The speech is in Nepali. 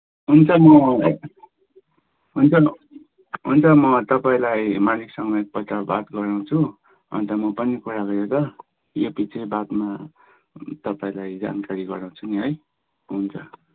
हुन्छ म हुन्छ म हुन्छ म तपाईँलाई मालिकसँग एकपल्ट बात गराउँछु अन्त म पनि कुरा गरेर यो पछि बादमा तपाईँलाई जानकारी गराउँछु नि है हुन्छ